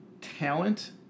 talent